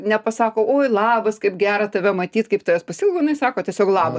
nepasako oi labas kaip gera tave matyt kaip tavęs pasiilgau jinai sako tiesiog laba